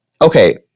okay